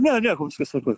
ne nieko viskas tvarkoj